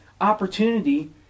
opportunity